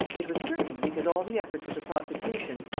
it was certain because all the efforts of the prosecution,